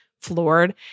floored